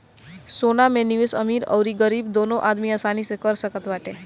सोना में निवेश अमीर अउरी गरीब दूनो आदमी आसानी से कर सकत बाटे